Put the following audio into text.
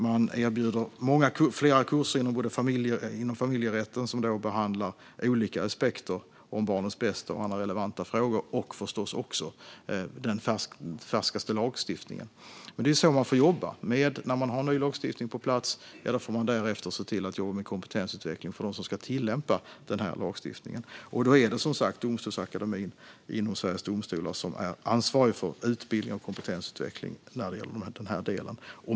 Man erbjuder flera kurser inom familjerätten som behandlar olika aspekter rörande barnets bästa och andra relevanta frågor samt den färskaste lagstiftningen. Det är så man får jobba. När ny lagstiftning är på plats får man därefter jobba med kompetensutveckling för dem som ska tillämpa lagstiftningen. Då är det Domstolsakademin inom Sveriges Domstolar som är ansvarig för utbildning och kompetensutveckling.